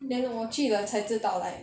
then 我去了才知道 like